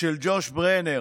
של ג'וש ברנר: